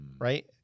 right